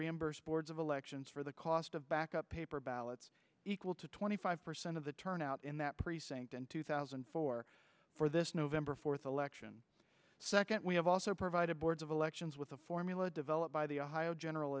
reimburse boards of elections for the cost of backup paper ballots equal to twenty five percent of the turnout in that precinct in two thousand and four for this november fourth election second we have also provided boards of elections with a formula developed by the ohio general